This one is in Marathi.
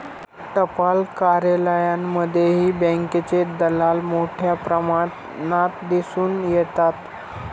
टपाल कार्यालयांमध्येही बँकेचे दलाल मोठ्या प्रमाणात दिसून येतात